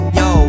yo